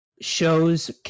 shows